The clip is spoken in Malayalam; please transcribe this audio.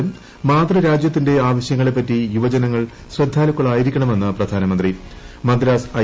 എവിടെ ജോലി ചെയ്താലും മാതൃരാജ്യത്തിന്റെ ആവശൃങ്ങളെപ്പറ്റി യുവജനങ്ങൾ ശ്രദ്ധാലുക്കളായിരിക്ക് ണമെന്ന് പ്രധാനമന്ത്രി മദ്രാസ് ഐ